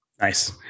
Nice